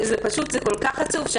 פשוט זה כל כך עצוב.